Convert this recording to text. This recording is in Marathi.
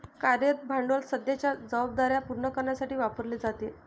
कार्यरत भांडवल सध्याच्या जबाबदार्या पूर्ण करण्यासाठी वापरले जाते